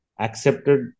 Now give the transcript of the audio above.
Accepted